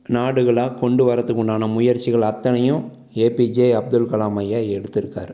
நாடுகளாக கொண்டு வரத்துக்கு உண்டான முயற்சிகள் அத்தனையும் ஏபிஜே அப்துல்கலாம் ஐயா எடுத்திருக்காரு